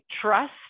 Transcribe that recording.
trust